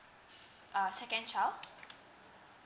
uh second child